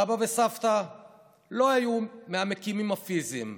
סבא וסבתא לא היו מהמקימים הפיזיים,